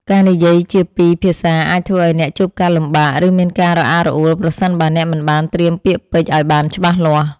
ការនិយាយជាពីរភាសាអាចធ្វើឱ្យអ្នកជួបការលំបាក ឬមានការរអាក់រអួលប្រសិនបើអ្នកមិនបានត្រៀមពាក្យពេចន៍ឱ្យបានច្បាស់លាស់។